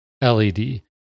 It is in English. LED